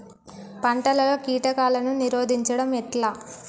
పంటలలో కీటకాలను నిరోధించడం ఎట్లా?